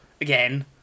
again